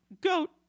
goat